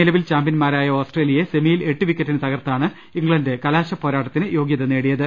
നിലവിൽ ചാമ്പ്യൻമാരായ ഓസ്ട്രേലിയയെ സെമിയിൽ എട്ട് വിക്കറ്റിന് തകർത്താണ് ഇംഗ്ലണ്ട് കലാശപ്പോരാട്ടത്തിന് യോഗൃത നേടിയത്